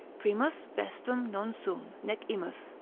primus vestrum non sum, nec imus,